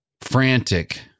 Frantic